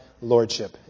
lordship